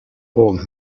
old